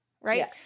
right